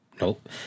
Nope